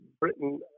Britain